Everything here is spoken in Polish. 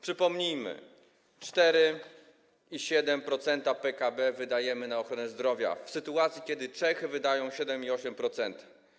Przypomnijmy, 4,7% PKB wydajemy na ochronę zdrowia, w sytuacji kiedy Czechy wdają 7,8%.